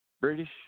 British